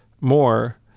more